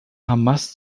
hamas